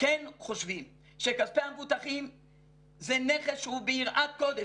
כן חושבים שכספי המבוטחים זה נכס שהוא ביראת קודש.